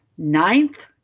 Ninth